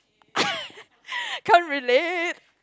can't relate